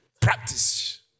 Practice